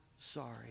sorry